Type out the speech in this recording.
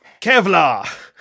Kevlar